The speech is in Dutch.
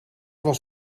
was